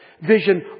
Vision